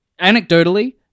anecdotally